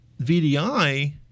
VDI